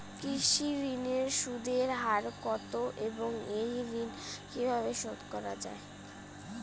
কৃষি ঋণের সুদের হার কত এবং এই ঋণ কীভাবে শোধ করা য়ায়?